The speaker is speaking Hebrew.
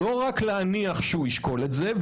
ולא רק להניח שהוא ישקול את זה.